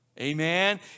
Amen